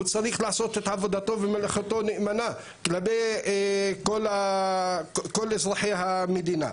הוא צריך לעשות את עבודתו ומלאכתו נאמנה כלפי כל אזרחי המדינה.